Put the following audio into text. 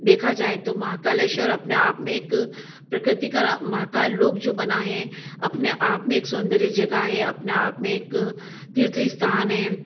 देखा जाय तो महाकालेश्वर अपने आप में एक प्रकृति का महाकाल लोब जो बना है अपने आप में एक सौन्दर्य जगह है अपने आप में एक तीर्थ स्थान है